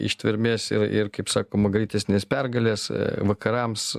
ištvermės ir ir kaip sakoma greitesnės pergalės vakarams